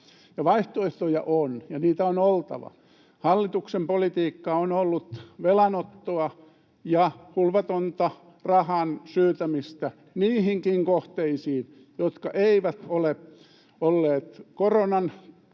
Vaihtoehtoja on, ja niitä on oltava. Hallituksen politiikka on ollut velanottoa ja hulvatonta rahan syytämistä niihinkin kohteisiin, jotka eivät ole olleet koronan